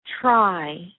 try